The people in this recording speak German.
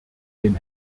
den